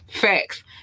facts